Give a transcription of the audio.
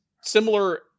similar